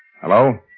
Hello